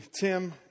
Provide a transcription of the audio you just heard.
Tim